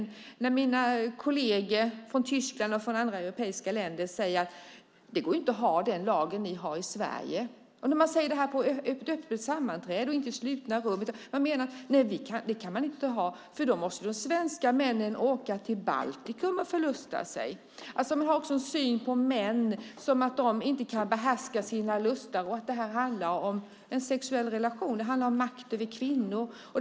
Det händer att mina kolleger från Tyskland och andra europeiska länder säger att det inte går att ha den lag vi har i Sverige, och man säger det här på öppna sammanträden och inte i slutna rum. Man menar att så kan man inte ha det, för då måste de svenska männen åka till Baltikum och förlusta sig. Man har alltså en syn på män som går ut på att de inte kan behärska sina lustar och att det här handlar om en sexuell relation. Det handlar om makt över kvinnor.